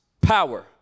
power